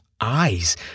eyes